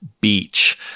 beach